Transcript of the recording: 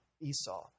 Esau